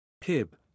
Pib